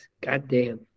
Goddamn